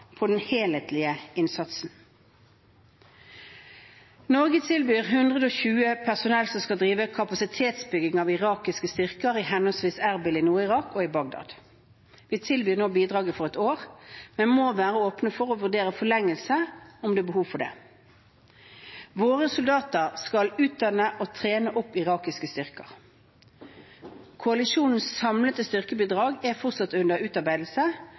på den helhetlige innsatsen. Norge tilbyr 120 personell som skal drive kapasitetsbygging av irakiske styrker i henholdsvis Erbil i Nord-Irak og i Bagdad. Vi tilbyr nå bidraget for ett år, men må være åpne for å vurdere forlengelse om det er behov for det. Våre soldater skal utdanne og trene opp irakiske styrker. Koalisjonens samlede styrkebidrag er fortsatt under utarbeidelse